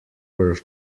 were